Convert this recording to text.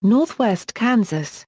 northwest kansas